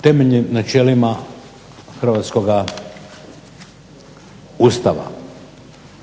temeljnim načelima hrvatskoga Ustava,